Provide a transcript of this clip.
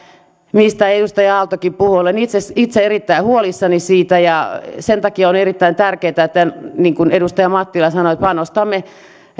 mistä edustaja aaltokin puhui olen itse erittäin huolissani siitä ja sen takia on erittäin tärkeätä niin kuin edustaja mattila sanoi että panostamme